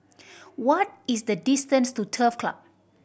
what is the distance to Turf Club